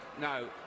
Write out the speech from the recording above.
no